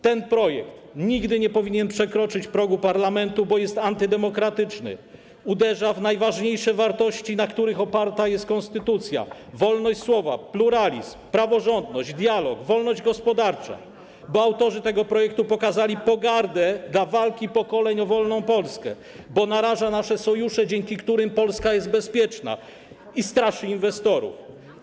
Ten projekt nigdy nie powinien przekroczyć progu parlamentu, bo jest antydemokratyczny, uderza w najważniejsze wartości, na których oparta jest konstytucja: wolność słowa, pluralizm, praworządność, dialog, wolność gospodarczą, bo autorzy tego projektu pokazali pogardę dla walki pokoleń o wolną Polskę, bo naraża on nasze sojusze, dzięki którym Polska jest bezpieczna, i straszy inwestorów.